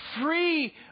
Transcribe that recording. free